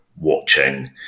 watching